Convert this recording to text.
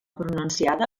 pronunciada